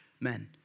men